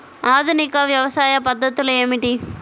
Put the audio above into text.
ఆధునిక వ్యవసాయ పద్ధతులు ఏమిటి?